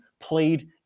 played